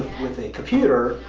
with a computer,